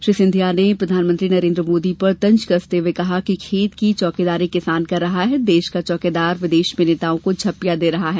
श्री सिंधिया ने प्रधानमंत्री नरेन्द्र मोदी पर तन्ज कसते हुए कहा खेत की चौकीदारी किसान कर रहा देश का चोकीदार विदेश मे नेताओ को झप्पियाँ दे रहा है